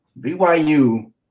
BYU